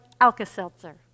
Alka-Seltzer